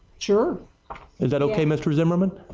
sure? is that okay mr. zimmerman.